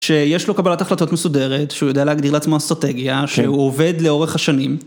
שיש לו קבלת החלטות מסודרת, שהוא יודע להגדיר לעצמו אסטרטגיה, שהוא עובד לאורך השנים.